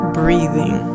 breathing